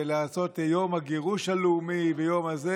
ולעשות יום הגירוש הלאומי ויום הזה,